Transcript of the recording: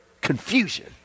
confusion